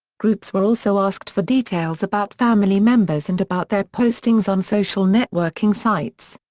groups were also asked for details about family members and about their postings on social networking sites.